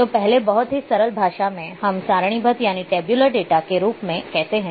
तो पहले बहुत ही सरल भाषा में हम सारणीबद्ध डेटा के रूप में कहते हैं